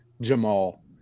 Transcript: jamal